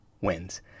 wins